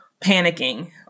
panicking